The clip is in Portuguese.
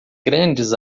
grandes